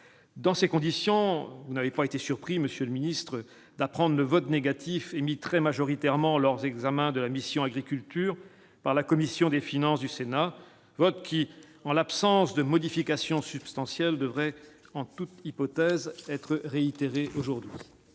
dans ces conditions, vous n'avez pas été surpris, monsieur le ministre, d'apprendre le vote négatif émis très majoritairement leurs examens de la mission Agriculture par la commission des finances du Sénat vote qui, en l'absence de modifications substantielles devrait, en toute hypothèse être réitéré aujourd'hui.